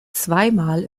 zweimal